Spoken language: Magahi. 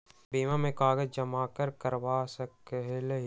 बीमा में कागज जमाकर करवा सकलीहल?